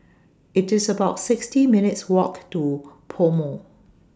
IT IS about sixty minutes' Walk to Pomo